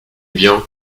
bien